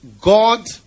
God